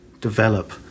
develop